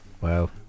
wow